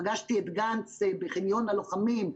פגשתי את גנץ בחניון הלוחמים.